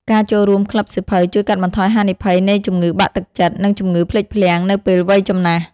ការចូលរួមក្លឹបសៀវភៅជួយកាត់បន្ថយហានិភ័យនៃជំងឺបាក់ទឹកចិត្ត និងជំងឺភ្លេចភ្លាំងនៅពេលវ័យចំណាស់។